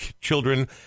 children